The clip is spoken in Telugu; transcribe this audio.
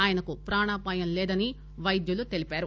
ఆయనకు ప్రాణాప్రాయం లేదని వైద్యులు తెలిపారు